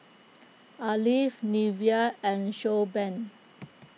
Alf Nivea and Showbrand